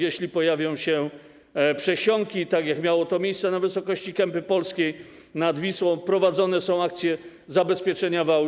Jeśli pojawią się przesiąki, tak jak miało to miejsce na wysokości Kępy Polskiej nad Wisłą, prowadzone są akcje zabezpieczania wałów.